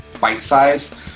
bite-sized